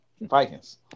Vikings